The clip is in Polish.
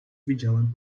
widziałem